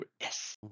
Yes